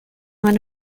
one